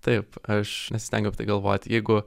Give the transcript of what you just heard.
taip aš nesistengiu apie tai galvot jeigu